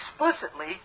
explicitly